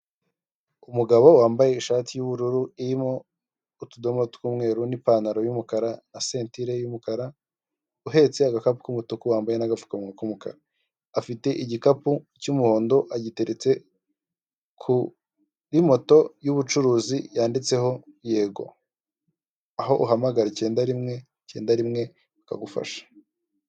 Umugabo wambaye ishati y'ubururu irimo utudomo tw'umweru n'ipantaro y'umukara na sentire y'umukara, uhetse agakapu k'umutuku wambaye n'agafukamuwa k'umukara, afite igikapu cy'umuhondo agiteretse kuri moto y'ubucuruzi yanditseho yego, aho uhamagara icyenda rimwe icyenda rimwe bakagufasha.